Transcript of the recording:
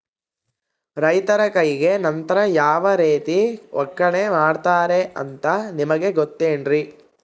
ರೈತರ ಕೈಗೆ ನಂತರ ಯಾವ ರೇತಿ ಒಕ್ಕಣೆ ಮಾಡ್ತಾರೆ ಅಂತ ನಿಮಗೆ ಗೊತ್ತೇನ್ರಿ?